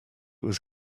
was